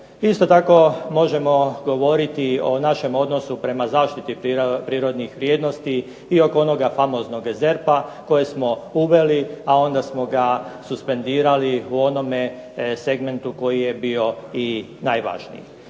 Isto tako možemo govoriti o našem odnosu prema zaštiti prirodnih vrijednosti i oko onog famoznog ZERP-a kojeg smo uveli, a onda smo ga suspendirali u onome segmentu koji je bio i najvažniji.